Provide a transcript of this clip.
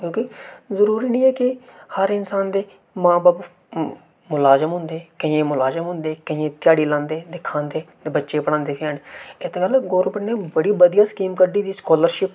क्योंकि जरूरी नेईं ऐ के हर इंसान दे मां बब्ब मलाजम होंदे केइयें दे मलाजम होंदे केइयें दे ध्याड़ी लांदे ते खांदे बच्चे गी पढ़ांदे बी हैन एह्दा मतलब गवर्नमेंट ने बड़ी बधिया स्कीम कड्डी दी ऐ स्कालरशिप